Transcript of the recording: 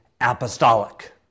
apostolic